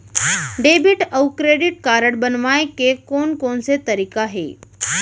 Debit अऊ credit card बनवाए के कोन कोन से तरीका हे?